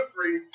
free